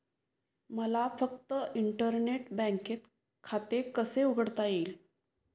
मला फक्त इंटरनेट बँकेत खाते कसे उघडता येईल?